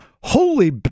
holy